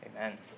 Amen